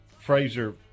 Fraser